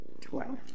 twelve